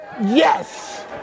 yes